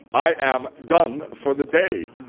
i am done for the day.